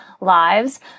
lives